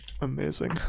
Amazing